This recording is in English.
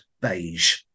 beige